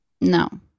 no